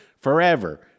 forever